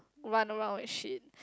run around like shit